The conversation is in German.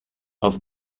auf